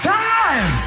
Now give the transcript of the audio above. time